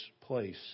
place